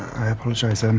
i apologize, and